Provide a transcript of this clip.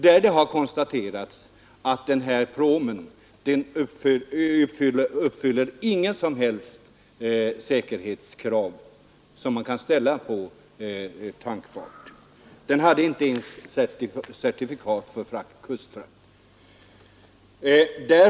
Det har konstaterats att denna pråm inte uppfyller några som helst säkerhetskrav som man kan ställa på ett tankfartyg — den hade inte ens certifikat för kustfrakt.